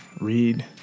read